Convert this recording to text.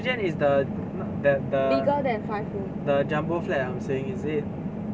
three gen is the the the the jumbo flat I am staying is it